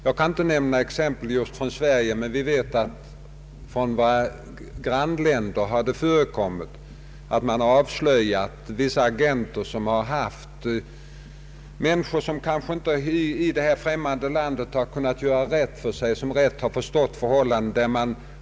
Jag kan inte nämna exempel just från Sverige, men vi vet att det i våra grannländer har förekommit att man avslöjat vissa agenter, som under lång tid gjort sig en betydande vinst på arbete som utförts av människor, vilka i det främmande landet kanske inte rätt har förstått förhållandena.